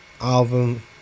album